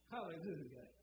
Hallelujah